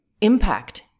impact